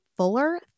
Fuller